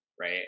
right